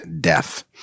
death